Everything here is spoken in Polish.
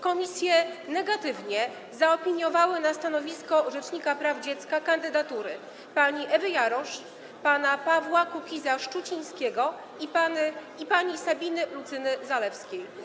Komisje negatywnie zaopiniowały na stanowisko rzecznika praw dziecka kandydatury pani Ewy Jarosz, pana Pawła Kukiza-Szczucińskiego i pani Sabiny Lucyny Zalewskiej.